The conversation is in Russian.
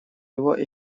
его